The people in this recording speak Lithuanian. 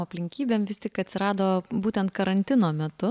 aplinkybėm vis tik atsirado būtent karantino metu